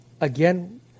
Again